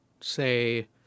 say